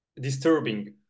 disturbing